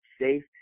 safe